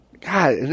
God